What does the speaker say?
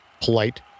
Polite